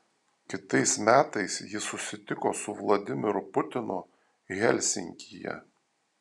kitais metais ji susitiko su vladimiru putinu helsinkyje